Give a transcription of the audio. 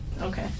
Okay